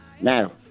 Now